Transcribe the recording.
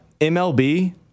MLB